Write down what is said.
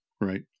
right